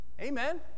Amen